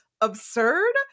absurd